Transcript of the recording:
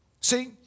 See